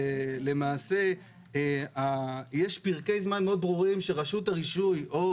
למעשה יש פרקי זמן מאוד ברורים שרשות הרישוי או